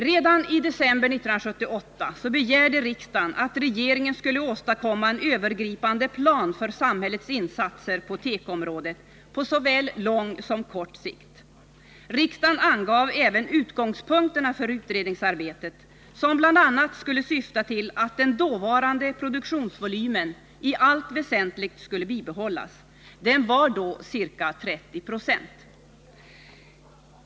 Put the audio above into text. Redan i december 1978 begärde riksdagen att regeringen skulle göra en övergripande plan för samhällets insatser på tekoområdet, på såväl lång som kort sikt. Riksdagen angav även utgångspunkterna för utredningsarbetet, som bl.a. skulle syfta till att den dåvarande produktionsvolymen i allt väsentligt skulle bibehållas. Den var då ca 30 76.